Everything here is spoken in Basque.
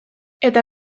eta